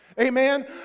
Amen